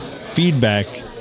feedback